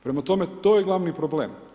Prema tome to je glavni problem.